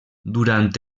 durant